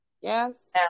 yes